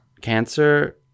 cancer